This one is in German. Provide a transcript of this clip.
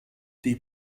die